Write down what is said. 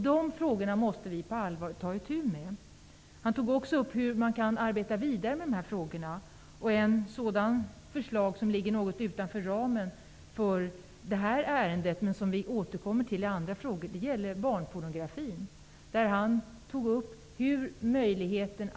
De frågorna måste vi på allvar ta itu med. Han tog också upp hur man kan arbeta vidare med de här frågorna. En sak som ligger något utanför ramen för det här ärendet men som vi återkommer till i andra sammanhang är barnpornografin.